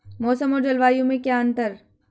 मौसम और जलवायु में क्या अंतर?